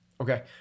Okay